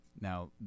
Now